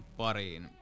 pariin